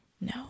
no